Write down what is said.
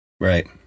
Right